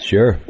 Sure